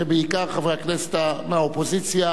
ובעיקר חברי הכנסת מהאופוזיציה,